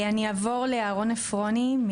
אני אעבור לאהרון עפרוני,